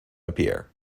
appear